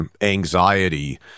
anxiety